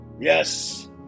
yes